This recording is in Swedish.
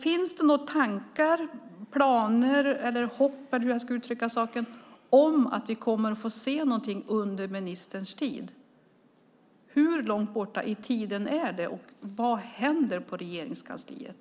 Finns det några tankar eller planer eller något hopp - eller hur jag nu ska uttrycka saken - om att vi kommer att få se någonting under ministerns tid? Hur långt borta i tiden är det, och vad händer på Regeringskansliet?